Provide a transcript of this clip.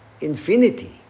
infinity